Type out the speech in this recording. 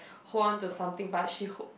hold on to something but she hold